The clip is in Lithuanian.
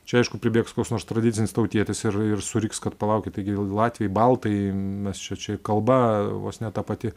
čia aišku pribėgs koks nors tradicinis tautietis ir ir suriks kad palaukit taigi latviai baltai mes čia čia kalba vos ne ta pati